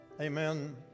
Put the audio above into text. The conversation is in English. Amen